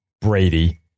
Brady